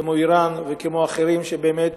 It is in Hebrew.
כמו אירן וכמו אחרים, שבאמת